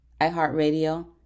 iHeartRadio